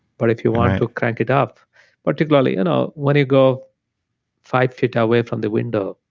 but if you want to crank it up particularly you know when you go five feet away from the window,